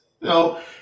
No